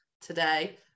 today